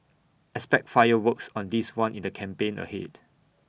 expect fireworks on this one in the campaign ahead